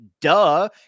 Duh